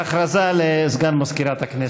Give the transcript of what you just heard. הודעה לסגן מזכירת הכנסת.